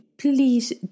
Please